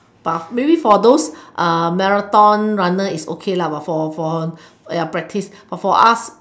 but maybe for those uh marathon runner is okay but for for ya practice but for us